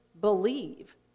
believe